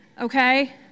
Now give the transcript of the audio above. Okay